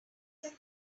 than